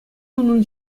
унӑн